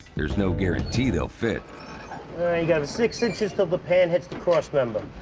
there's no guarantee they'll fit. you got six inches till the pan hits the cross member.